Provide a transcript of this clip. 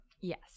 Yes